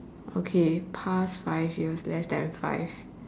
okay past five years less than five